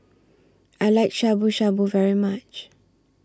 I like Shabu Shabu very much